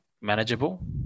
manageable